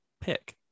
pick